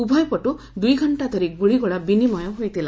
ଉଭୟପଟୁ ଦୁଇଘଣ୍ଟା ଧରି ଗୁଳିଗୋଳା ବିନିମୟ ହୋଇଥିଲା